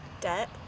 Debt